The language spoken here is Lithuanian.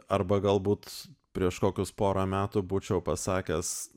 arba galbūt prieš kokius porą metų būčiau pasakęs